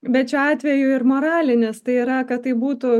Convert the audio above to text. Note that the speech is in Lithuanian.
bet šiuo atveju ir moralinis tai yra kad tai būtų gera